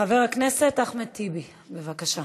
חבר הכנסת אחמד טיבי, בבקשה.